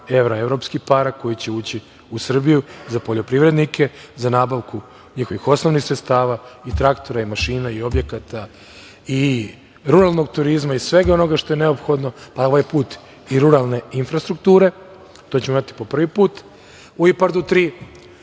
evra evropskih para koji će ući u Srbiju za poljoprivrednike, za nabavku njihovih osnovnih sredstava i traktora i mašina i objekata i ruralnog turizma i svega onoga što je neophodno, pa ovaj put i ruralne infrastrukture, to ćemo imati po prvi put, u IPADU 3.